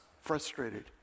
frustrated